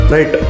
Right